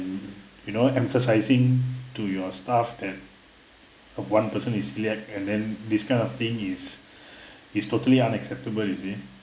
you know emphasizing to your staff that one person is celiac and then this kind of thing is is totally unacceptable you see